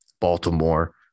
Baltimore